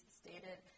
stated